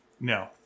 No